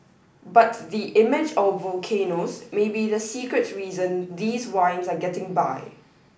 but the image of volcanoes may be the secret reason these wines are getting buy